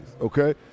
okay